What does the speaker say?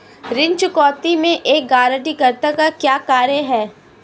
ऋण चुकौती में एक गारंटीकर्ता का क्या कार्य है?